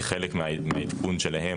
כחלק מהעדכון שלהם,